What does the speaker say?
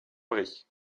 brie